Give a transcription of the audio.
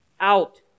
out